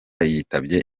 yitabye